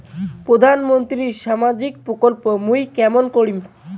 প্রধান মন্ত্রীর সামাজিক প্রকল্প মুই কেমন করিম?